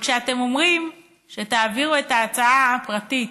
וכשאתם אומרים שתעבירו את ההצעה הפרטית